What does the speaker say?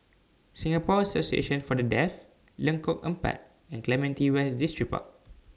Singapore Association For The Deaf Lengkok Empat and Clementi West Distripark